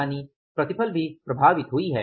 यानि प्रतिफल भी प्रभावित हुई है